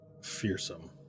fearsome